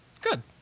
Good